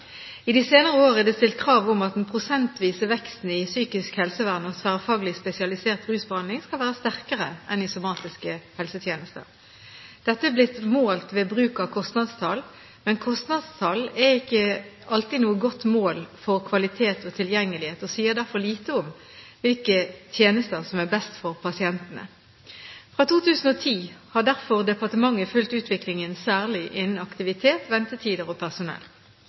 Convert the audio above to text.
I de senere år er det stilt krav om at den prosentvise veksten i psykisk helsevern og tverrfaglig spesialisert rusbehandling skal være sterkere enn i somatiske helsetjenester. Dette er blitt målt ved bruk av kostnadstall, men kostnadstall er ikke alltid noe godt mål for kvalitet og tilgjengelighet, og sier derfor lite om hvilke tjenester som er best for pasientene. Fra 2010 har derfor departementet fulgt utviklingen særlig innen aktivitet, ventetider og personell.